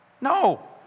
No